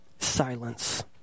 Silence